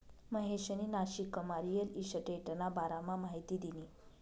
महेशनी नाशिकमा रिअल इशटेटना बारामा माहिती दिनी